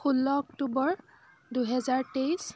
ষোল্ল অক্টোবৰ দুহেজাৰ তেইছ